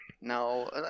No